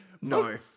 No